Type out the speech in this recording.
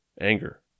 anger